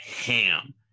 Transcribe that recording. ham